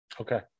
Okay